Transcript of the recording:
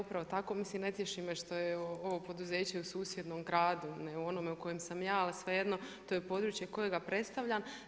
Upravo tako, mislim ne tješi me što je ovo poduzeće u susjednom gradu, ne u onome u kojem sam ja, ali svejedno, to je područje kojega predstavljam.